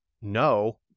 no